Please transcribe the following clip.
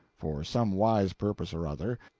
for some wise purpose or other,